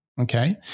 Okay